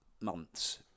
months